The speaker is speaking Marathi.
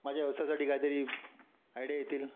माझ्या व्यवसायासाठी काहीतरी आयडिया येतील